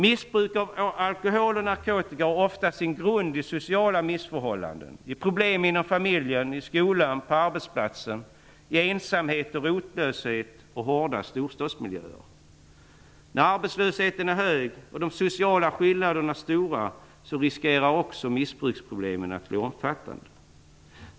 Missbruk av alkohol och narkotika har ofta sin grund i sociala missförhållanden, i problem inom familjen, i skolan, på arbetsplatsen, i ensamhet och rotlöshet och hårda storstadsmiljöer. När arbetslösheten är hög och de sociala skillnaderna stora riskerar också missbruksproblemen att bli omfattande.